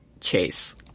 Chase